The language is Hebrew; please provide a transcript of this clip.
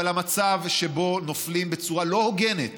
אבל המצב שבו נופלים בצורה לא הוגנת